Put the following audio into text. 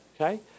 okay